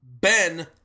Ben